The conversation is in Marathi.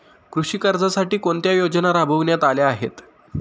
कृषी कर्जासाठी कोणत्या योजना राबविण्यात आल्या आहेत?